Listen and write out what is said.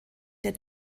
der